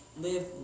live